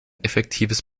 effektives